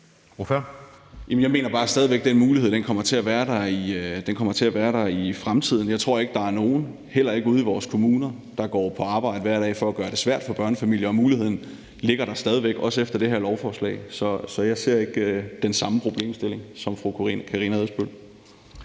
Jeg mener bare, at den mulighed stadig væk kommer til at være der i fremtiden. Jeg tror ikke, der er nogen, heller ikke ude i vores kommuner, der går på arbejde hver dag for at gøre det svært for børnefamilierne, og muligheden er der stadig væk, også efter det her lovforslag. Så jeg ser ikke den samme problemstilling som fru Karina Adsbøl.